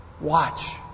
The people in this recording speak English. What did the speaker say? Watch